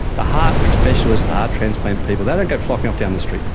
the heart specialist, the heart transplant people, they don't go flocking off down the street,